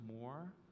more